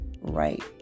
right